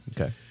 Okay